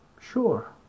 Sure